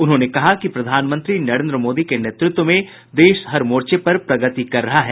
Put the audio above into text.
उन्होंने कहा कि प्रधानमंत्री नरेन्द्र मोदी के नेतृत्व में देश हर मोर्चे पर प्रगति कर रहा है